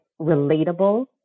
relatable